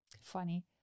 funny